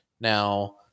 Now –